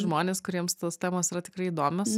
žmonės kuriems tos temos yra tikrai įdomios